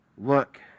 look